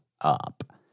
up